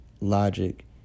logic